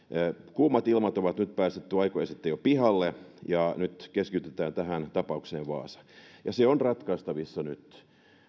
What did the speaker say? kuumat ilmat on päästetty jo aikoja sitten pihalle ja nyt keskitytään tähän tapaukseen vaasa ja se on ratkaistavissa nyt